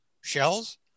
shells